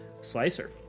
Slicer